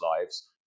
lives